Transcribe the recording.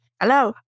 Hello